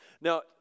Now